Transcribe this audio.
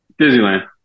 Disneyland